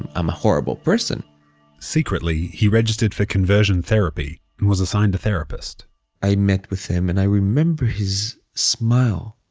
and i'm a horrible person secretly, he registered for conversion therapy, and was assigned a therapist i met with him and i remember his smile.